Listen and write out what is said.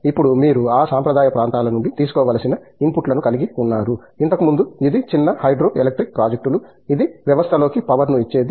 ఇప్పుడు మీరు ఆ సాంప్రదాయ ప్రాంతాల నుండి తీసుకోవలసిన ఇన్పుట్లను కలిగి ఉన్నారు ఇంతకు ముందు ఇది చిన్న హైడ్రో ఎలక్ట్రిక్ ప్రాజెక్టులు ఇది వ్యవస్థలోకి పవర్ ను ఇచ్చేది